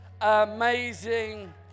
Amazing